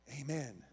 amen